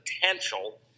potential –